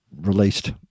released